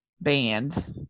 band